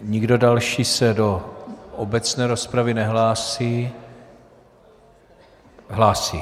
Nikdo další se do obecné rozpravy nehlásí, hlásí.